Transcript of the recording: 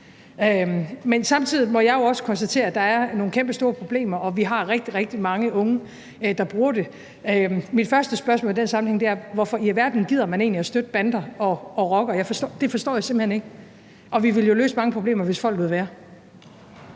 Men samtidig må jeg jo også konstatere, at der er nogle kæmpestore problemer, og vi har rigtig, rigtig mange unge, der bruger det. Mit første spørgsmål i den sammenhæng er: Hvorfor i alverden gider man egentlig at støtte bander og rockere? Det forstår jeg simpelt hen ikke. Og vi ville jo løse mange problemer, hvis folk lod være.